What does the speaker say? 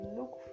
look